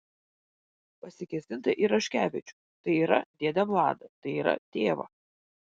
pasikėsinta į raškevičių tai yra dėdę vladą tai yra tėvą